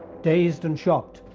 dazed and shocked,